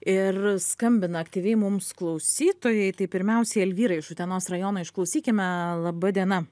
ir skambina aktyviai mums klausytojai tai pirmiausiai alvyra iš utenos rajono išklausykime laba diena